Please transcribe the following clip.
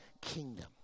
kingdom